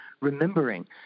remembering